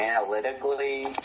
Analytically